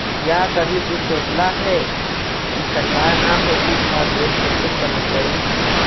क्या कभी तु सोचला है, की सरकार ना होतई ता देश कैसे चलतइ